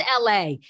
LA